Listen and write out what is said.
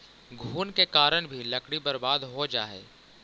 घुन के कारण भी लकड़ी बर्बाद हो जा हइ